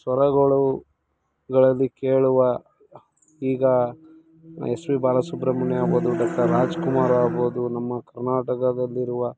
ಸ್ವರಗಳು ಗಳಲ್ಲಿ ಕೇಳುವ ಈಗ ಎಸ್ ಪಿ ಬಾಲಸುಬ್ರಹ್ಮಣ್ಯ ಆಗ್ಬೋದು ಡಾಕ್ಟರ್ ರಾಜ್ಕುಮಾರ್ ಆಗ್ಬೋದು ನಮ್ಮ ಕರ್ನಾಟಕದಲ್ಲಿರುವ